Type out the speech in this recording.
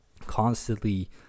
constantly